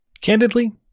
Candidly